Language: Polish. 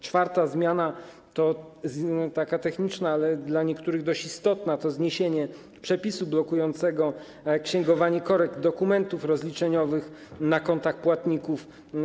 Czwarta zmiana, techniczna, ale dla niektórych dość istotna, to zniesienie przepisu blokującego księgowanie korekt dokumentów rozliczeniowych na kontach płatników.